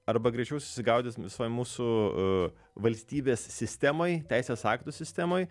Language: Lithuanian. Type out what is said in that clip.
arba greičiau susigaudyt visoj mūsų valstybės sistemoj teisės aktų sistemoj